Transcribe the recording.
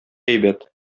әйбәт